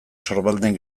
sorbalden